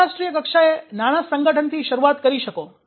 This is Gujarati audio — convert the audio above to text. તમે આંતરરાષ્ટ્રીય કક્ષાએ નાના સંગઠનથી શરૂઆત કરી શકો